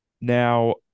Now